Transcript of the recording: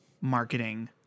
marketing